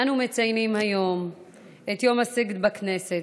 אנו מציינים היום את יום הסיגד בכנסת,